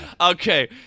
Okay